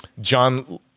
John